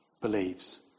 believes